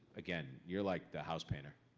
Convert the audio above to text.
again, you're like the house painter.